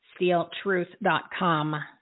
SteelTruth.com